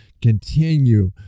Continue